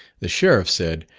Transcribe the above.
the sheriff said,